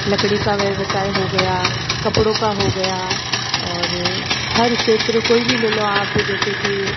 लकड़ी का व्यवसाय हो गया कपड़ो का हो गया और हर क्षेत्र कोई भी ले लो आप जैसे कि